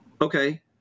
okay